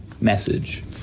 message